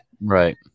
Right